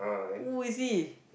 who is he